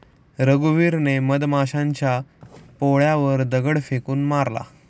रघुवीरने मधमाशांच्या पोळ्यावर दगड फेकून मारला